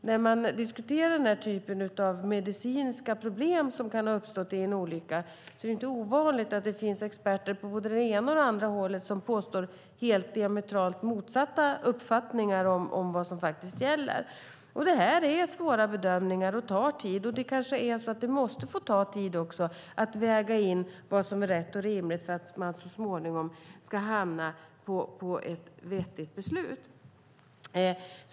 När man diskuterar den här typen av medicinska problem som kan ha uppstått i en olycka är det inte ovanligt att det finns experter på både det ena och det andra hållet som har diametralt motsatta uppfattningar om vad som gäller. Det här är svåra bedömningar som tar tid, och det kanske är så att det måste få ta tid att väga in vad som är rätt och rimligt för att man så småningom ska hamna på ett vettigt beslut.